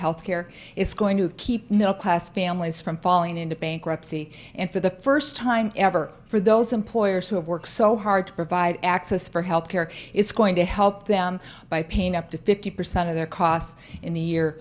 health care it's going to keep middle class families from falling into bankruptcy and for the first time ever for those employers who have worked so hard to provide access for health care it's going to help them by paying up to fifty percent of their costs in the year